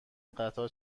قطار